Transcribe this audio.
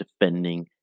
defending